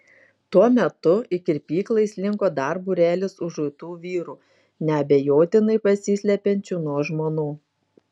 tuo metu į kirpyklą įslinko dar būrelis užuitų vyrų neabejotinai besislepiančių nuo žmonų